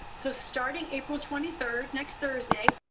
so. starting april twenty third, next thursday,